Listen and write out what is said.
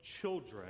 children